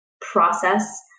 process